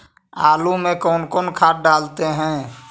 आलू में कौन कौन खाद डालते हैं?